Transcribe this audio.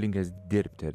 linkęs dirbti ar